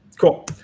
Cool